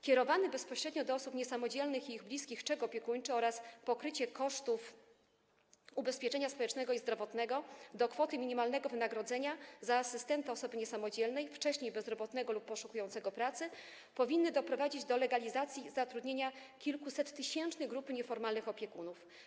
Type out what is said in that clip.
Kierowany bezpośrednio do osób niesamodzielnych i ich bliskich czek opiekuńczy oraz pokrycie kosztów ubezpieczenia społecznego i zdrowotnego do kwoty minimalnego wynagrodzenia za asystenta osoby niesamodzielnej, wcześniej bezrobotnego lub poszukującego pracy, powinny doprowadzić do legalizacji zatrudnienia kilkusettysięcznej grupy nieformalnych opiekunów.